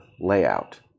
layout